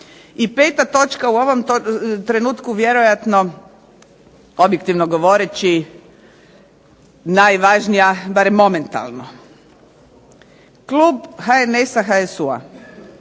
I peta točka. U ovom trenutku vjerojatno objektivno govoreći najvažnija barem momentalno. Klub HNS-a HSU-a